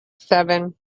seven